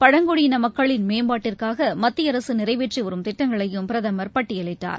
பழங்குடியின மக்களின் மேம்பாட்டிற்காக மத்திய அரசு நிறைவேற்றி வரும் திட்டங்களையும் பிரதமர் பட்டியலிட்டார்